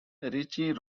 ritchie